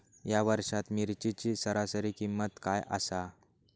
या वर्षात मिरचीची सरासरी किंमत काय आसा?